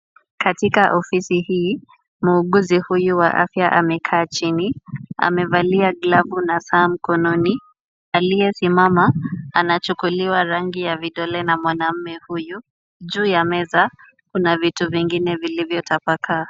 Katika ofisi hii muuguzi huyu wa afya amekaa chini. Amevalia glavu na saa mkononi. Aliyesimama anachukuliwa rangi ya vidole na mwanaume huyu. Juu ya meza kuna vitu vingine vilivyotapakaa.